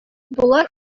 болар